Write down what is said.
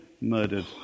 murdered